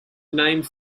named